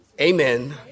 Amen